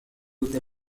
the